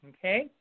Okay